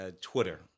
Twitter